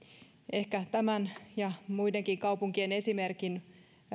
ehkä tämän ja muidenkin kaupunkien esimerkin